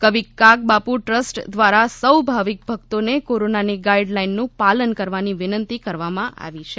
કવિ કાગબાપુ ટ્રસ્ટ દ્વારા સહુ ભાવિક ભક્તોને કોરોનાની ગાઇલડાઇનનું પાલન કરવાની વિનંતી કરવામાં આવી છે